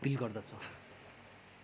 appeal गर्दछौँ